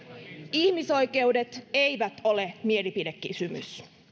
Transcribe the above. ihmisoikeudet eivät ole mielipidekysymys